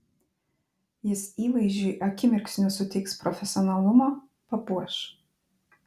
jis įvaizdžiui akimirksniu suteiks profesionalumo papuoš